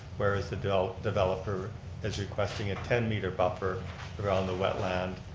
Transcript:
whereas the developer developer is requesting a ten meter buffer around the wetland.